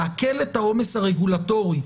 להקל את העומס הרגולטורי,